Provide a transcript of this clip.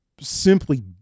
simply